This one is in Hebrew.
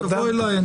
תבוא אליי.